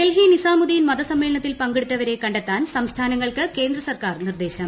ഡൽഹി നിസാമുദ്ദീൻ മതസ്മ്മേളനത്തിൽ പങ്കെടുത്തവരെ കണ്ടെത്താൻ സംസ്ഥാനങ്ങൾക്ക് കേന്ദ്രസർക്കാർ നിർദ്ദേശം